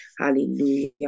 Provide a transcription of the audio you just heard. Hallelujah